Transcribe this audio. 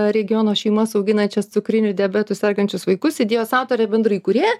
regiono šeimas auginančias cukriniu diabetu sergančius vaikus idėjos autorė bendra įkūrėja